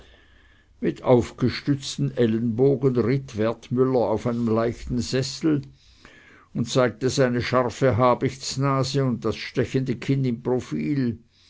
mit aufgestützten ellenbogen ritt wertmüller auf einem leichten sessel und zeigte seine scharfe habichtsnase und das stechende kinn im profil